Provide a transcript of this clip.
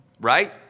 Right